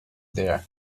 there